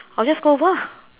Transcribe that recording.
I will just go over ah